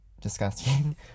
disgusting